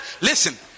Listen